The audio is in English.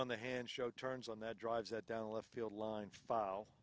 on the hand show turns on that drives that down left field line file